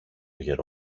γερο